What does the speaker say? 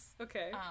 Okay